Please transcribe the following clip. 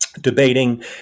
debating